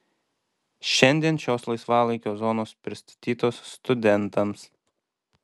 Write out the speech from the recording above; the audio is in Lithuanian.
šiandien šios laisvalaikio zonos pristatytos studentams